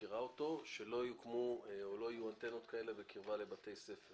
שלא יוקמו או לא יהיו אנטנות כאלה בקרבה לבתי ספר.